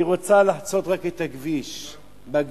היא רוצה לחצות רק את הכביש באגריפס.